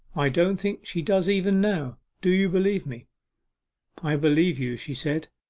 i don't think she does even now. do you believe me i believe you she said.